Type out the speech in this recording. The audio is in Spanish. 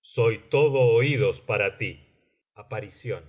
soy todo oídos para tí aparición